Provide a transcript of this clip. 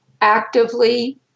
actively